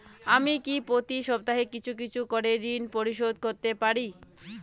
আমি কি প্রতি সপ্তাহে কিছু কিছু করে ঋন পরিশোধ করতে পারি?